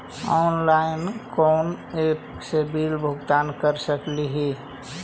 Online कोन app से bill के भुगतान कर सकली ही?